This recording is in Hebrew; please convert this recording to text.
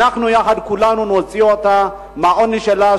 אנחנו יחד כולנו נוציא אותה מהעוני שלה,